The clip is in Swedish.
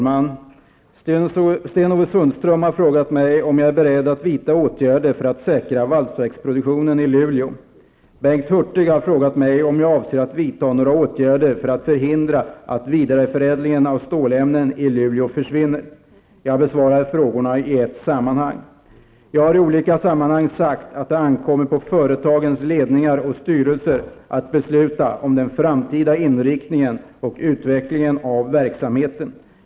Fru talman! Sten-Ove Sundström har frågat mig om jag är beredd att vidta åtgärder för att säkra valsverksproduktionen i Luleå. Bengt Hurtig har frågat mig om jag avser att vidta några åtgärder för att förhindra att vidareförädlingen av stålämnen i Luleå försvinner. Jag besvarar frågorna i ett sammanhang. Jag har i olika sammanhang sagt att det ankommer på företagens ledningar och styrelser att besluta om den framtida inriktningen och utvecklingen av verksamheten.